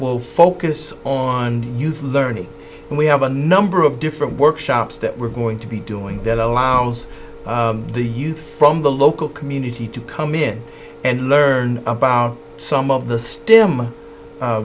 will focus on youth learning and we have a number of different workshops that we're going to be doing that allows the youth from the local community to come in and learn about some of the